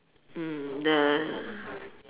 mm the